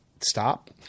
stop